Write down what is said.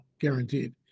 guaranteed